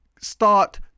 Start